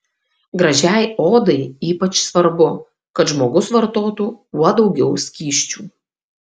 gražiai odai ypač svarbu kad žmogus vartotų kuo daugiau skysčių